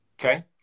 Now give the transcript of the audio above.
Okay